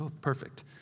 Perfect